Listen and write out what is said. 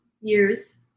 years